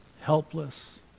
helpless